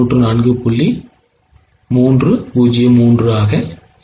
303 ஆக இருக்கும்